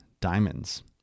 diamonds